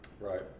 Right